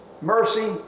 mercy